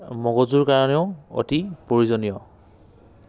মগজুৰ কাৰণেও অতি প্ৰয়োজনীয়